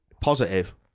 positive